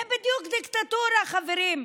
זה בדיוק דיקטטורה, חברים.